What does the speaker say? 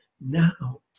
now